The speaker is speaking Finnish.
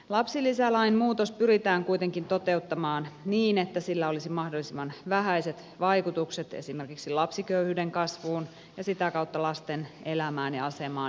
lapsilisälain muutos pyritään kuitenkin toteuttamaan niin että sillä olisi mahdollisimman vähäiset vaikutukset esimerkiksi lapsiköyhyyden kasvuun ja sitä kautta lasten elämään ja asemaan yhteiskunnassa